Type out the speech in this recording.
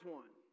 one